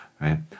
right